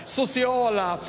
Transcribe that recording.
sociala